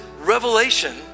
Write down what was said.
revelation